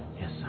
Yes